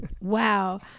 Wow